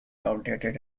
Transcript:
outdated